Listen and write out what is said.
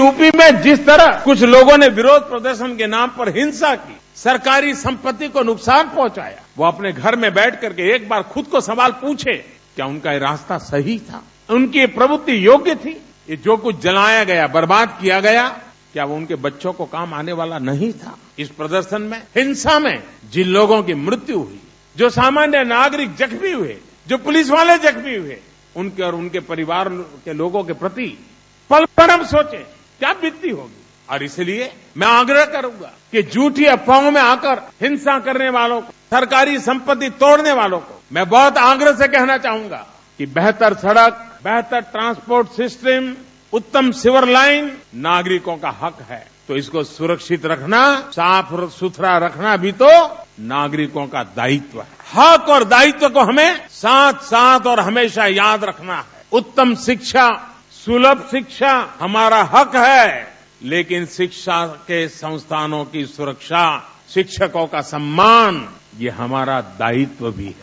UP में जिस तरह लोगो ने विरोध प्रदर्शनों के नाम पर हिंसा की सरकारी संपत्ति को नुक्सान पहचाया वो अपने घर पे बैठक के खूद से सवाल प्रछें क्या उनका रास्ता सही था क्वा उनकी प्रवंत्ति योग्य थी क्या ये जो जलाया गया जो बर्बोद किया गया क्या उनके बच्चों को काम आने वाला नहीं था इस प्रदर्शन में हिंसा में जिन लोगों की मृत्यु हुई जो सामान्य नागरिक जख्मी हुए जो पुलिस वाले जख्मी हुए उनके और उनके परिवार के लोगों के प्रति पल पल हम सोचें क्या बीतती होगी और इसलिए मैं आग्रह करूँगा की झती अफवाहों में आकर हिंसा करने वालोः को सरकारी संपत्ति तोड़ने वालों को मैं बहुत आग्रह से कहना चाहूंगा की बेहतर सड़क बेहतर ट्रांसपोर्ट उत्तम सीवर लाइन नागरिकों को हक है तो उसको सुरक्षित रख न भी नागरिकों का दायित्व हैहक और दायित्व हमें साथ साथ याद रखना है उत्तम शिक्षा सुलभ शिक्षा हमारा हक है लेकिन शिक्षा के संस्थानों की सुरक्षा शिक्षकों का सम्म्मान हमारा दायित्व भी है